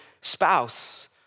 spouse